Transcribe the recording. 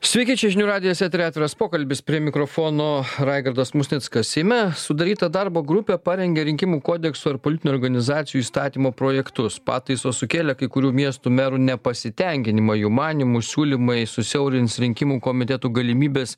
sveiki čia žinių radijas eteryje atviras pokalbis prie mikrofono raigardas musnickas seime sudaryta darbo grupė parengė rinkimų kodekso ir politinių organizacijų įstatymo projektus pataisos sukėlė kai kurių miestų merų nepasitenkinimą jų manymu siūlymai susiaurins rinkimų komitetų galimybes